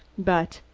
but,